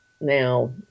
now